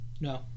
No